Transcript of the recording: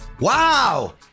Wow